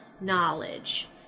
knowledge